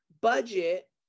budget